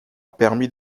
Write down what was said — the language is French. permis